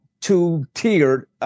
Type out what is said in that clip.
two-tiered